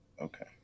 Okay